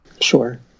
Sure